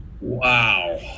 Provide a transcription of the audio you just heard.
wow